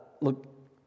Look